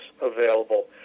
available